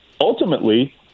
ultimately